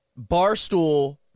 ...Barstool